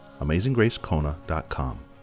AmazingGraceKona.com